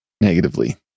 negatively